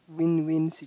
win win